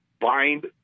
bind